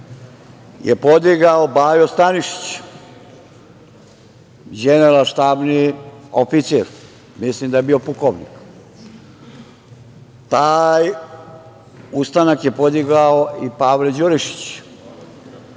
je podigao Bajo Stanišić, đeneralštabni oficir, mislim da je bio pukovnik. Taj ustanak je podigao i Pavle Đurišić.